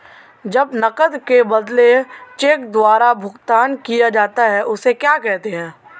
जब नकद के बदले चेक द्वारा भुगतान किया जाता हैं उसे क्या कहते है?